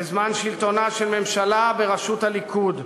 בזמן שלטונה של ממשלה בראשות הליכוד.